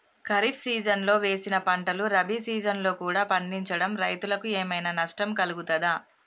ఖరీఫ్ సీజన్లో వేసిన పంటలు రబీ సీజన్లో కూడా పండించడం రైతులకు ఏమైనా నష్టం కలుగుతదా?